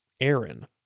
Aaron